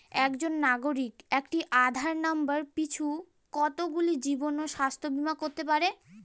একজন নাগরিক একটি আধার নম্বর পিছু কতগুলি জীবন ও স্বাস্থ্য বীমা করতে পারে?